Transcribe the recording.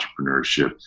entrepreneurship